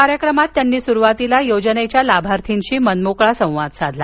कार्यक्रमात त्यांनी सुरुवातीला योजनेच्या लाभार्थ्यांशी मनमोकळा संवाद साधला